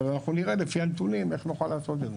אבל אנחנו נראה לפי הנתונים איך נוכל לעשות את זה.